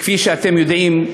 כפי שאתם יודעים,